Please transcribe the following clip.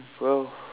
well